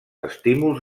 estímuls